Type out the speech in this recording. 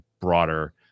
broader